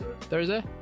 Thursday